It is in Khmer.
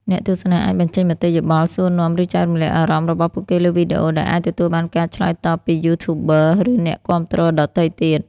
អ្នកទស្សនាអាចបញ្ចេញមតិយោបល់ សួរនាំ ឬចែករំលែកអារម្មណ៍របស់ពួកគេលើវីដេអូ ដែលអាចទទួលបានការឆ្លើយតបពី YouTuber ឬអ្នកគាំទ្រដទៃទៀត។